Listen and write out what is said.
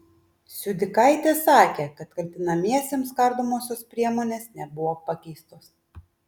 siudikaitė sakė kad kaltinamiesiems kardomosios priemonės nebuvo pakeistos